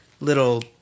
little